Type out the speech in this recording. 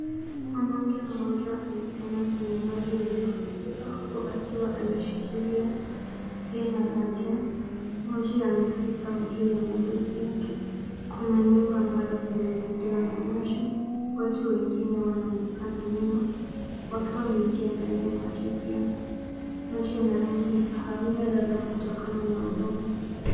Mwanamke mmoja amesema kwenye maji yaliyofurika huku akiwa ameshikilia rinda lake. Maji yamefika juu ya magoti yake. Kuna nyumba ambazo zimezingirwa na maji. Watu wengine wanaonekana nyuma wakiwa wameingia ndani ya maji pia. Maji yana rangi ya kahawia labda kutokana na udongo.